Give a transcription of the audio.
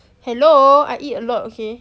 hello I eat a lot okay